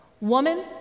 woman